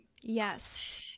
Yes